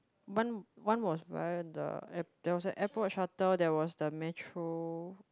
one one was there was the airport shuttle there was the metro